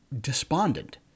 despondent